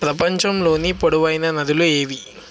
ప్రపంచంలోని పొడవైన నదులు ఏవి